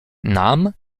nam